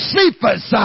Cephas